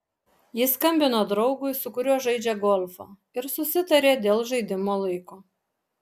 jis skambino draugui su kuriuo žaidžia golfą ir susitarė dėl žaidimo laiko